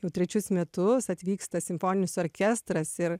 jau trečius metus atvyksta simfoninis orkestras ir